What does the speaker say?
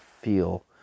feel